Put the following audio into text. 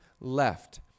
left